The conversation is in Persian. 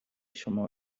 شما